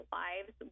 lives